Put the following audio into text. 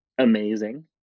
amazing